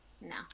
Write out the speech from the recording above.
No